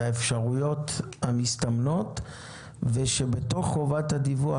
האפשרויות המסתמנות ושבתוך חובת הדיווח,